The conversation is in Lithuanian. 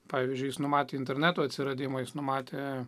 pavyzdžiui jis numatė interneto atsiradimą jis numatė